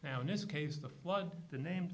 e in this case the flood the name